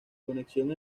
conexión